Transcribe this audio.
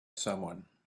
someone